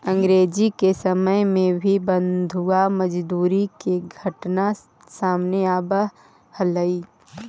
अंग्रेज के समय में भी बंधुआ मजदूरी के घटना सामने आवऽ हलइ